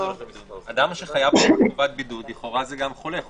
אדם שחייב חובת בידוד, לכאורה זה גם חולה.